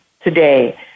today